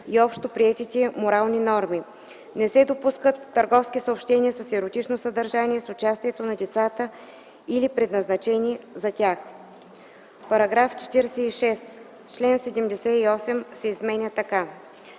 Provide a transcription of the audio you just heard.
и общоприетите морални норми. Не се допускат търговски съобщения с еротично съдържание с участие на децата или предназначени за тях.” „§ 46. Член 78 се изменя така: